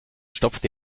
stopfte